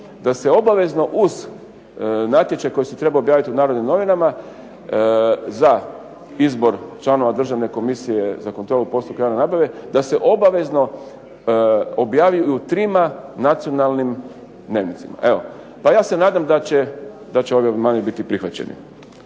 da se obavezno uz natječaj koji se treba objaviti u "Narodnim novinama" za izbor članova Državne komisije za kontrolu postupka javne nabave da se obavezno objavi i u trima nacionalnim dnevnicima. Evo, pa ja se nadam da će ovi amandmani biti prihvaćeni.